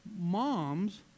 moms